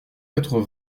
quatre